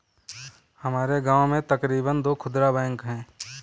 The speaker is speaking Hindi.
हमारे गांव में तकरीबन दो खुदरा बैंक है